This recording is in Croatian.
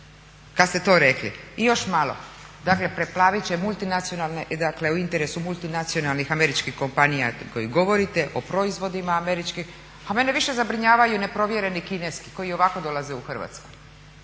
kad ste to rekli. I još malo, preplavit će multinacionalne, i dakle u interesu multinacionalnih američkih kompanija koje govorite o proizvodima američkim, a mene više zabrinjavaju neprovjereni kineski koji i ovako dolaze u Hrvatsku